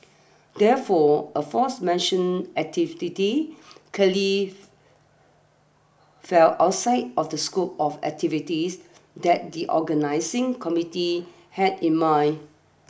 therefore aforementioned activities curly fell outside of the scope of activities that the organising committee had in mind